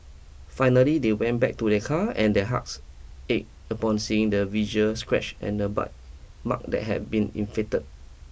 finally they went back to their car and their hearts ached upon seeing the visual scratch and the bite mark that had been inflicted